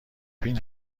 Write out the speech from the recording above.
بین